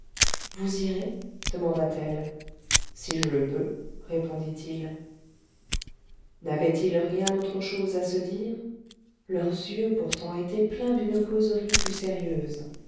vous irez demanda-t-elle si je le peux répondit-il n'avaient-ils rien autre chose à se dire leurs yeux pourtant étaient pleins d'une causerie plus sérieuse